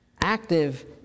Active